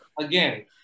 again